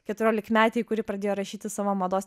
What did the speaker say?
keturiolikmetei kuri pradėjo rašyti savo mados